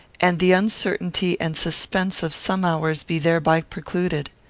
and the uncertainty and suspense of some hours be thereby precluded.